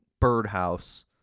birdhouse